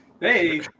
Hey